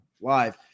live